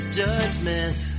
judgment